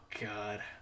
god